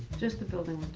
just the building